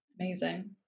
Amazing